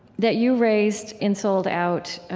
that you raised in souled out,